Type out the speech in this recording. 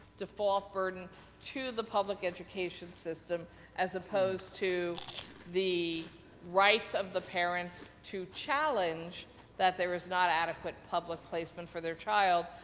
falls burden to the public education system as opposed to the rights of the parents to challenge that there is not adequate public placement for their child,